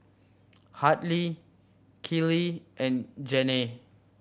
Hadley Keely and Janay